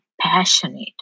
passionate